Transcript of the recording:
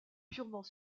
purement